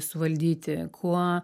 suvaldyti kuo